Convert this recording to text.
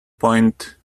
point